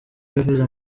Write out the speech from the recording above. wifuza